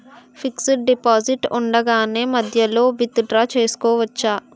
Fixed deposit ఉండగానే మధ్యలో withdraw చేసుకోవచ్చా?